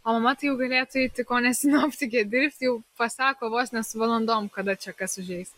o mama tai jau galėtų eiti ko ne sinoptike dirbti jau pasako vos ne su valandom kada čia kas užeis